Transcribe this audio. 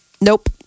Nope